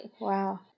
Wow